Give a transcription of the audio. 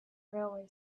railway